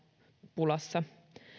pulassa